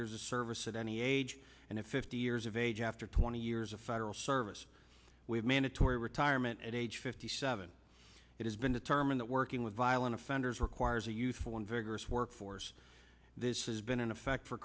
years of service at any age and in fifty years of age after twenty years of federal service with mandatory retirement at age fifty seven it has been determine that working with violent offenders requires a youthful and vigorous workforce this has been in effect for